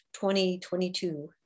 2022